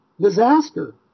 disaster